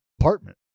apartment